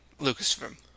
Lucasfilm